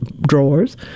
drawers